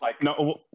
No